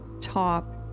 top